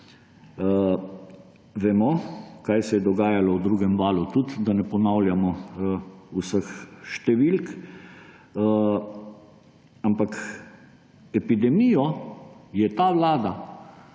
vemo, kaj se je dogajalo v drugem valu, tudi vemo, da ne ponavljamo vseh številk. Ampak epidemijo je ta vlada